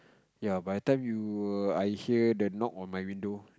ya by the time you err I hear the knock on my window